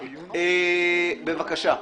בבקשה.